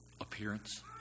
appearance